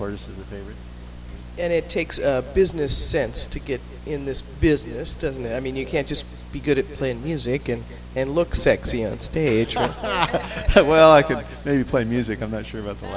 corners and it takes a business sense to get in this business doesn't it i mean you can't just be good at playing music and and look sexy on stage well i could maybe play music i'm not sure about th